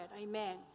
Amen